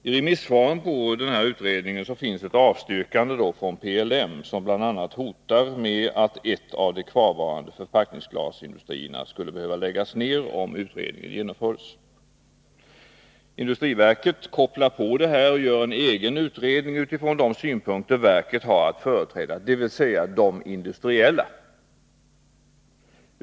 I remissvaren på utredningen finns ett avstyrkande från PLM, som bl.a. hotar med att en av de kvarvarande förpackningsglasindustrierna skulle behöva läggas ner, om utredningens förslag genomfördes. Industriverket kopplar på det här och gör en egen utredning utifrån de synpunkter verket har att företräda, dvs. de industriella.